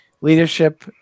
leadership